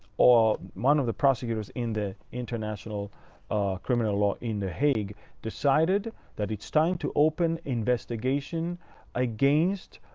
or one of the prosecutors in the international criminal law in the hague decided that it's time to open investigation against